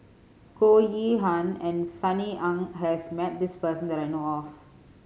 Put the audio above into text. Goh Yihan and Sunny Ang has met this person that I know of